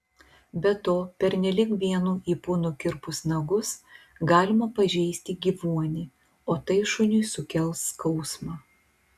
be to pernelyg vienu ypu nukirpus nagus galima pažeisti gyvuonį o tai šuniui sukels skausmą